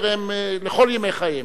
לכל ימי חייהם.